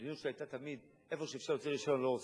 המדיניות שלו היתה תמיד שבמקום שאפשר להוציא רשיון לא הורסים.